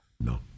No